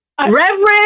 Reverend